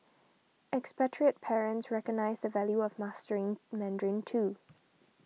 expatriate parents recognise the value of mastering Mandarin too